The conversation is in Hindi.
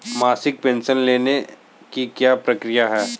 मासिक पेंशन लेने की क्या प्रक्रिया है?